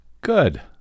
Good